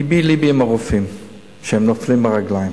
לבי לבי עם הרופאים שהם נופלים מהרגליים.